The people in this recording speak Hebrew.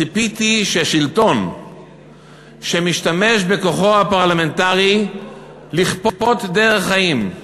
ציפיתי ששלטון שמשתמש בכוחו הפרלמנטרי לכפות דרך חיים,